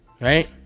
Right